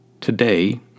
Today